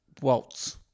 Waltz